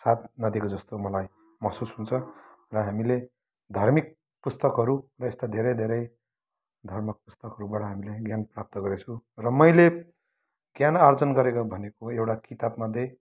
साथ नदिएको जस्तो मलाई महसुस हुन्छ र हामीले धार्मिक पुस्तकहरू यस्ता धेरै धेरै धर्म पुस्तकहरूबाट हामीलाई ज्ञान प्राप्त गरेको छु र मैले ज्ञान आर्जन गरेको भनेको एउटा किताबमध्ये